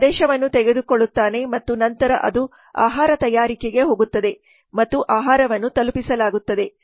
ಆದೇಶವನ್ನು ತೆಗೆದುಕೊಳ್ಳುತ್ತದೆ ಮತ್ತು ನಂತರ ಅದು ಆಹಾರ ತಯಾರಿಕೆಗೆ ಹೋಗುತ್ತದೆ ಮತ್ತು ಆಹಾರವನ್ನು ತಲುಪಿಸಲಾಗುತ್ತದೆ